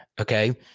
Okay